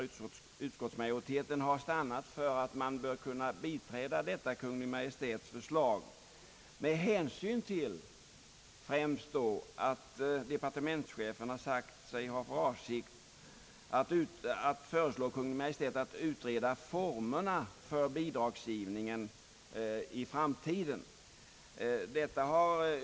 Utskottsmajoriteten har ansett sig böra biträda Kungl. Maj:ts förslag, främst med hänsyn till att departementschefen har sagt sig ha för avsikt att föreslå Kungl. Maj:t att utreda formerna för bidragsgivningen i framtiden.